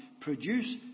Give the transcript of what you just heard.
produce